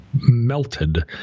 melted